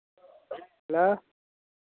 hello